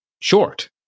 short